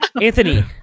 Anthony